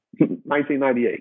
1998